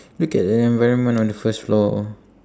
look at the environment on the first floor